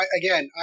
again